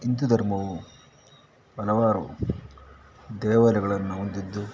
ಹಿಂದು ಧರ್ಮವು ಹಲವಾರು ದೇವಾಲಯಗಳನ್ನು ಹೊಂದಿದ್ದು